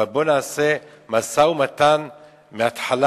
אבל בואו נעשה משא-ומתן מההתחלה,